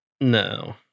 No